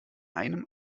einem